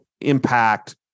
impact